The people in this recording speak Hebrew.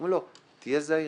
אומרים לו: תהיה זהיר.